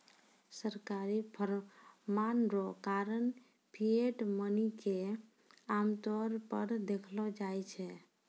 सरकारी फरमान रो कारण फिएट मनी के आमतौर पर देखलो जाय छै